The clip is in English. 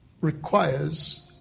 requires